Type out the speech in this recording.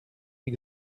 die